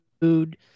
food